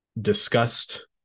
discussed